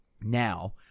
now